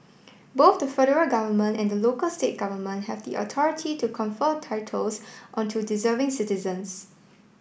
both the federal government and the local state government have the authority to confer titles onto deserving citizens